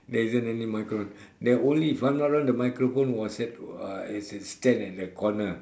there isn't any micro~ there only if I'm not wrong the microphone was at uh it's is stand at the corner